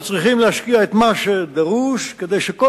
אנחנו צריכים להשקיע את מה שדרוש כדי שכל